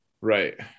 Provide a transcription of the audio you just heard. Right